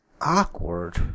Awkward